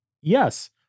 Yes